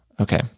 Okay